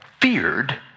feared